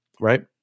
right